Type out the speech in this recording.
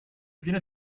viene